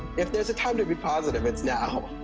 if there is a time to be positive it's now.